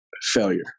Failure